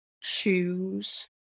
choose